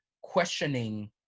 questioning